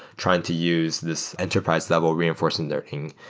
trying to use this enterprise level reinforcing learning,